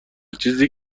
چیزی